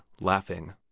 laughing